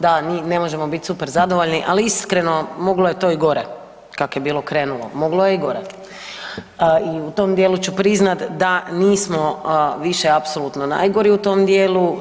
Da, ne možemo bit super zadovoljni, ali iskreno moglo je to i gore kak je bilo krenulo, moglo je i gore i u tom dijelu ću priznat da nismo više apsolutno najgori u tom dijelu.